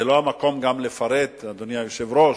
זה לא המקום לפרט, אדוני היושב-ראש,